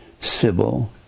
Sybil